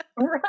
right